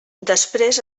després